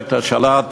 לפרויקט השאלת